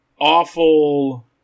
awful